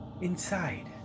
inside